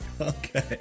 okay